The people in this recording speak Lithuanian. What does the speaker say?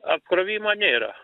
apkrovimo nėra